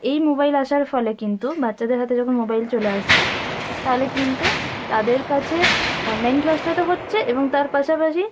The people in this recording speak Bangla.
এই মোবাইল আসার ফলে কিন্তু বাচ্চাদের হাতে যখন মোবাইল চলে আসছে তাহলে কিন্তু তাদের কাছে অনলাইন ক্লাসটা তো হচ্ছে এবং তার পাশাপাশি